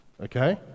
Okay